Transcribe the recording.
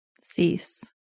cease